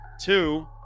Two